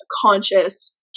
conscious